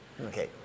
Okay